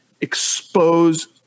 expose